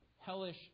hellish